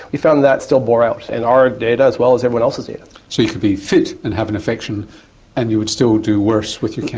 we found that still bore out in our data as well as everyone else's data. yeah so you could be fit and have an infection and you would still do worse with your cancer.